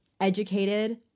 educated